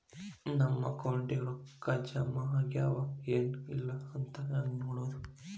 ನಮ್ಮ ಅಕೌಂಟಿಗೆ ರೊಕ್ಕ ಜಮಾ ಆಗ್ಯಾವ ಏನ್ ಇಲ್ಲ ಅಂತ ಹೆಂಗ್ ನೋಡೋದು?